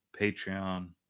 Patreon